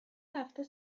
رفته